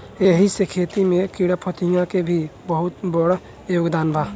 एही से खेती में कीड़ाफतिंगा के भी बहुत बड़ योगदान बा